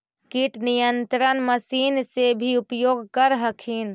किट नियन्त्रण मशिन से भी उपयोग कर हखिन?